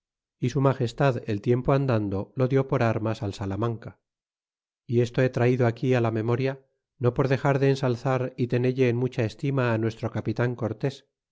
y su magestad el tiempo andando lo dia por armas al salamanca y esto he traido aquí la memoria no por dexar de ensalzar y tenelle en mucha estima nuestro capitan cortés